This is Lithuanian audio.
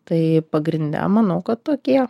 tai pagrinde manau kad tokie